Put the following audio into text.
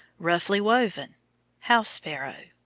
roughly woven house-sparrow.